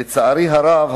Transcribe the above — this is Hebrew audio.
לצערי הרב,